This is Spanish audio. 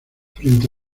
frente